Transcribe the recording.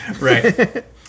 right